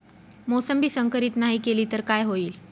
मोसंबी संकरित नाही केली तर काय होईल?